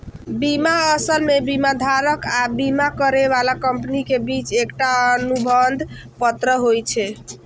बीमा असल मे बीमाधारक आ बीमा करै बला कंपनी के बीच एकटा अनुबंध पत्र होइ छै